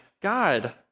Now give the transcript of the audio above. God